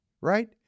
right